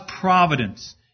providence